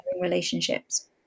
relationships